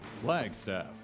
Flagstaff